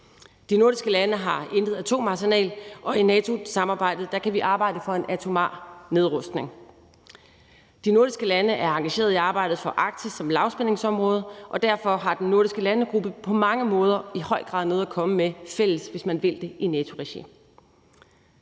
De nordiske lande har intet atomarsenal, og i NATO-samarbejdet kan vi arbejde for en atomar nedrustning. De nordiske lande er engageret i arbejdet for Arktis som lavspændingsområde, og derfor har de nordiske lande på mange måder i høj grad noget at komme med fælles, hvis man vil det, i NATO-regi.